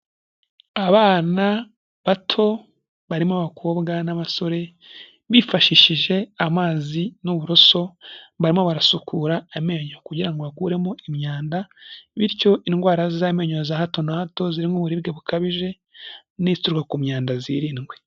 Abana bato barimo abakobwa n'abasore, bifashishije amazi n'uburoso, barimo barasukura amenyo kugira ngo bakuremo imyanda, bityo indwara z'amenyo za hato na hato zirimo uburibwe bukabije n'izituruka ku myanda zirindwe.